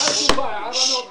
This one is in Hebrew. הערה מאוד חשובה, הערה מאוד חשובה.